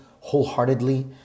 wholeheartedly